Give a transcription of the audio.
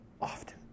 Often